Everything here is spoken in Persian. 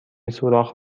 سوراخ